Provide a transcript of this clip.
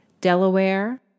Delaware